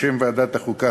בשם ועדת החוקה,